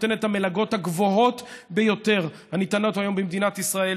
נותן את המלגות הגבוהות ביותר הניתנות היום במדינת ישראל,